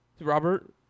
Robert